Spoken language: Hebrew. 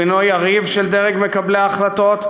הוא אינו יריב של דרג מקבלי ההחלטות,